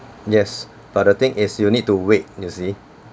yes but the thing is you need to wait you see